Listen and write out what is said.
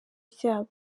ryabo